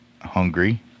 hungry